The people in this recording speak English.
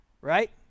Right